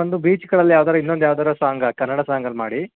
ಒಂದು ಬೀಚ್ಗಳಲ್ಲಿ ಯಾವುದಾರ ಇನ್ನೊಂದು ಯಾವುದಾರ ಸಾಂಗ್ ಹಾಕಿ ಕನ್ನಡ ಸಾಂಗಲ್ಲಿ ಮಾಡಿ